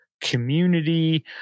community